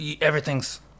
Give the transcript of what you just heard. everything's